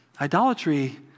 idolatry